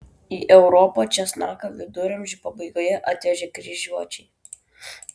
į europą česnaką viduramžių pabaigoje atvežė kryžiuočiai